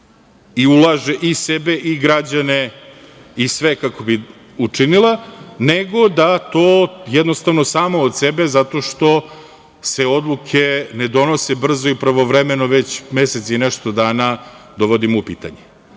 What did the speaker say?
i ulaže i sebe i građane i sve kako bi učinila, nego da to jednostavno samo od sebe, jer se odluke ne donose brzo i pravovremeno, već mesec i nešto dana dovodimo u pitanje. Nemamo